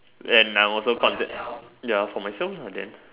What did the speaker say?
and I also thought that ya for myself lah then